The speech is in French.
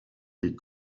les